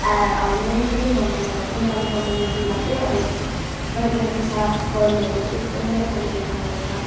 ए अब मेनली चाहिँ भनौँ भन्दा चाहिँ नेपाली कम्युनिटीमा चाहिँ अब यस्तो बाहिरमा पिसाब गर्नेहरू चाहिँ एकदमै तपाईँले भेट्नुहुँदैन